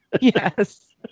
Yes